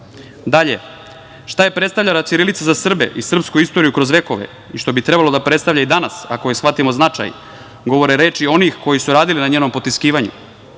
šta je predstavljala ćirilica za Srbe i srpsku istoriju kroz vekove i što bi trebalo da predstavlja i danas, ako joj shvatimo značaj, govore reči onih koji su radili na njenom potiskivanju.